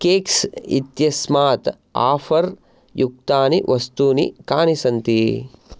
cakes इत्यस्मात् offer युक्तानि वस्तूनि कानि सन्ति